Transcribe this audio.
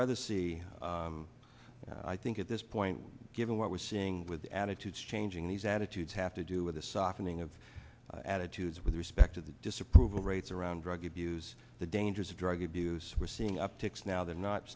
rather see i think at this point given what we're seeing with attitudes changing these attitudes have to do with a softening of attitudes with respect to the disapproval rates around drug abuse the dangers of drug abuse we're seeing upticks now they're not